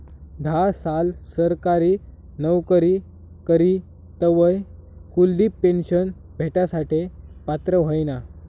धा साल सरकारी नवकरी करी तवय कुलदिप पेन्शन भेटासाठे पात्र व्हयना